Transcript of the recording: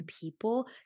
people